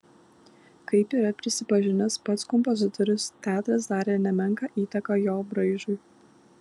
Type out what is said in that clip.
kaip yra prisipažinęs pats kompozitorius teatras darė nemenką įtaką jo braižui